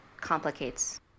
complicates